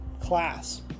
class